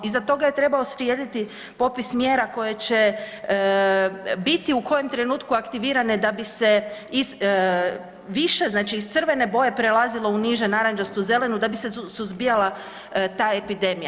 Iza toga je trebao slijediti popis mjera koje će biti u kojem trenutku aktivirane da bi se više znači iz crvene boje prelazilo u niže narančastu, zelenu da bi se suzbijala ta epidemija.